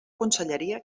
conselleria